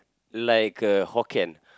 like uh Hokkien